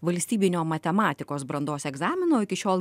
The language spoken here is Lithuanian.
valstybinio matematikos brandos egzamino iki šiol